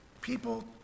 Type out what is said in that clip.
people